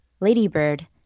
Ladybird